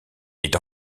est